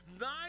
nine